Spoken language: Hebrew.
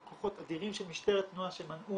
כוחות אדירים של משטרת תנועה שמנעו